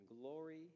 glory